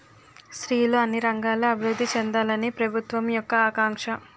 స్త్రీలు అన్ని రంగాల్లో అభివృద్ధి చెందాలని ప్రభుత్వం యొక్క ఆకాంక్ష